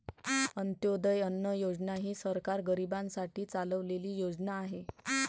अंत्योदय अन्न योजना ही सरकार गरीबांसाठी चालवलेली योजना आहे